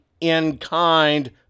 in-kind